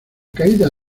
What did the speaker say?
caída